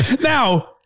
Now